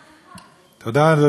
תודה, אדוני היושב-ראש.